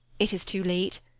it is too late.